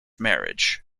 marriage